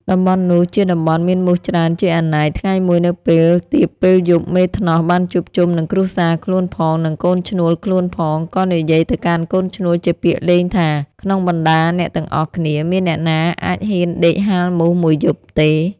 តំបន់នោះ ជាតំបន់មានមូសច្រើនជាអនេក ថ្ងៃមួយនៅពេលទៀបពេលយប់មេធ្នស់ បានជួបជុំនឹងគ្រួសារ ខ្លួនផង និងកូនឈ្នួលខ្លួនផង ក៏និយាយទៅកាន់កូនឈ្នួលជាពាក្យលេងថា ក្នុងបណ្តាអ្នកទាំងអស់គ្នា មានអ្នកណាអាចហ៊ានដេកហាលមូស ១ យប់ទេ។